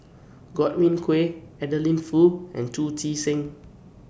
Godwin Koay Adeline Foo and Chu Chee Seng